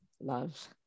love